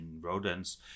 rodents